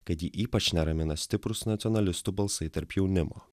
kad jį ypač neramina stiprūs nacionalistų balsai tarp jaunimo